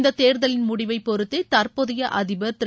இந்த தேர்தலின் முடிவை பொறுத்தே தற்போதைய அதிபர் திரு